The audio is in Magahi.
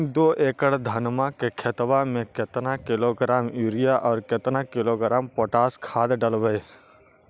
दो एकड़ धनमा के खेतबा में केतना किलोग्राम युरिया और केतना किलोग्राम पोटास खाद डलबई?